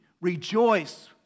rejoice